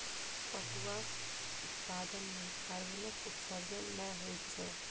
पटुआक उत्पादन मे कार्बनक उत्सर्जन नै होइत छै